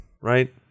right